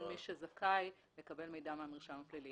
זה מי שזכאי לקבל מידע מהמרשם הפלילי.